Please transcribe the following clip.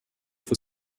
for